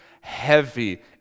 heavy